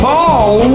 Paul